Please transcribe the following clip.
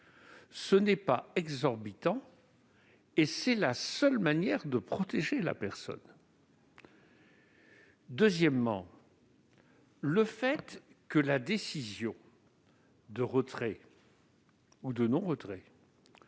n'est pas exorbitant. C'est la seule manière de protéger la personne. Par ailleurs, le fait que la décision de retrait ou de non-retrait